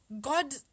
God